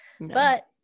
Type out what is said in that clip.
But-